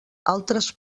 altres